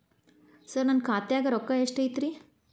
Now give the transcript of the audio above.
ಸರ ನನ್ನ ಖಾತ್ಯಾಗ ರೊಕ್ಕ ಎಷ್ಟು ಐತಿರಿ?